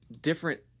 different